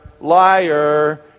liar